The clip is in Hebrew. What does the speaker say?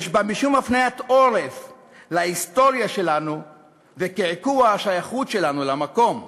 יש בה משום הפניית עורף להיסטוריה שלנו וקעקוע השייכות שלנו למקום.